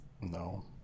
no